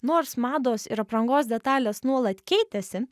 nors mados ir aprangos detalės nuolat keitėsi